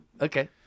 Okay